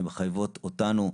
שמחייבות אותנו,